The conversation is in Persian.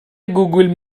گوگول